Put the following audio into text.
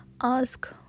ask